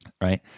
right